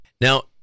now